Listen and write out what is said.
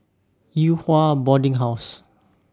Yew Hua Boarding House